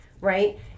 right